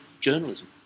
journalism